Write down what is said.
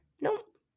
nope